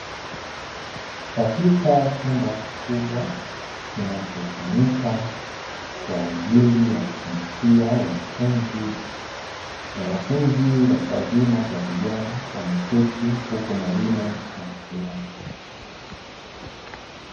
Katika chumba kikubwa kinachotumika kwa ajili ya kufundishia wanafunzi. Wanafunzi, watu wazima kwa vijana wameketi huku mwalimu amesimama.